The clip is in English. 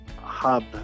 hub